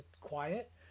quiet